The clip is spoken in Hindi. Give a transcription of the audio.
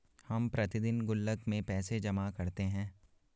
हम प्रतिदिन गुल्लक में पैसे जमा करते है